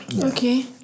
Okay